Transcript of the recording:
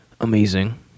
amazing